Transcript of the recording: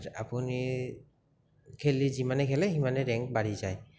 আপুনি খেলি যিমানে খেলে সিমানে ৰেংক বাঢ়ি যায়